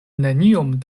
neniom